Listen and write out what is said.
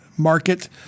market